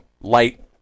light